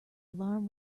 alarm